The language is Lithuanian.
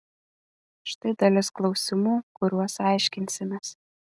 štai dalis klausimų kuriuos aiškinsimės